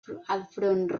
front